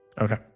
okay